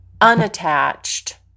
unattached